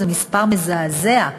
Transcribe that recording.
זה מספר מזעזע,